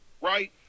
Right